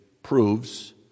Proves